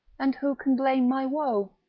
and who can blame my woe?